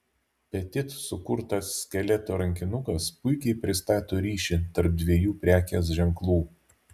petit sukurtas skeleto rankinukas puikiai pristato ryšį tarp dviejų prekės ženklų